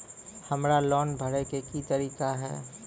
हमरा लोन भरे के की तरीका है?